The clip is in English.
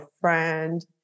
friend